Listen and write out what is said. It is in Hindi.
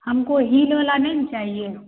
हमको हील वाला नहीं ना चाहिए